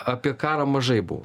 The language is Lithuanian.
apie karą mažai buvo